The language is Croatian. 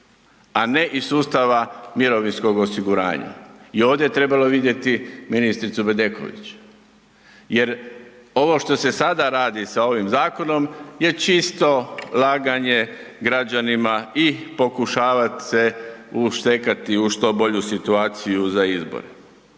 a ne iz sustava mirovinskog osiguranja. I ovdje je trebalo vidjeti ministricu Bedeković jer ovo što se sada radi sa ovim zakonom je čisto laganje građanima i pokušavat ste uštekat u što bolju situaciju za izbore.